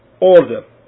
order